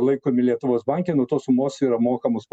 laikomi lietuvos banke nuo tos sumos yra mokamos